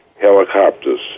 helicopters